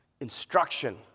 instruction